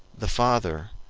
the father,